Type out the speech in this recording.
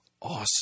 awesome